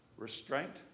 Restraint